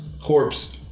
corpse